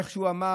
איך הוא אמר?